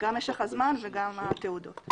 גם משך הזמן וגם התעודות.